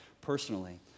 personally